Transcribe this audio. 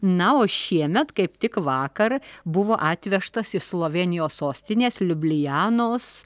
na o šiemet kaip tik vakar buvo atvežtas iš slovėnijos sostinės liublianos